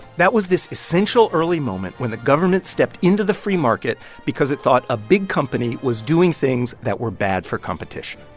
that was this essential early moment when the government stepped into the free market because it thought a big company was doing things that were bad for competition.